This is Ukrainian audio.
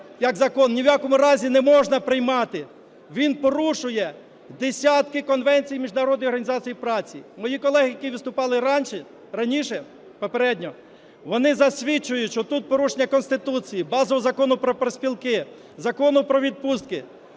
як закон ні в якому разі не можна приймати, він порушує десятки конвенцій міжнародних організацій праці. Мої колеги, які виступали раніше, попередньо, вони засвідчують, що тут порушення Конституції, базового Закону про профспілки, Закону "Про відпустки",